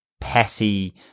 petty